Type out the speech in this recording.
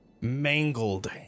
mangled